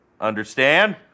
Understand